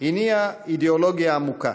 הניעה אידאולוגיה עמוקה,